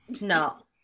no